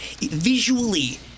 visually